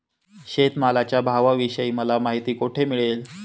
शेतमालाच्या भावाविषयी मला माहिती कोठे मिळेल?